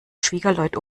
schwiegerleut